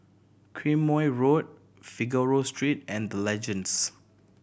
Quemoy Road Figaro Street and The Legends